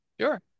sure